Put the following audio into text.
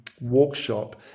workshop